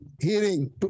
hearing